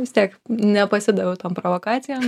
vis tiek nepasidaviau tom provokacijom